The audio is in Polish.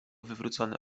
wywrócone